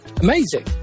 Amazing